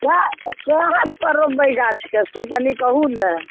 कए कए हाथ पर रोपबै गाछके से कनि कहू ने